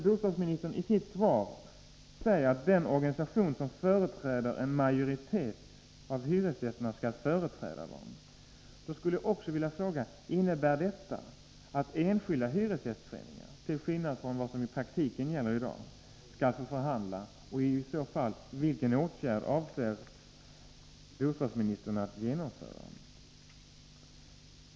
Bostadsministern säger i sitt svar att den organisation som representerar en majoritet av hyresgästerna skall företräda dem. Jag skulle då vilja fråga: Innebär detta att enskilda hyresgästföreningar — till skillnad från vad som i praktiken i dag gäller — skall få förhandla? Vilken åtgärd avser bostadsministern i så fall att genomföra?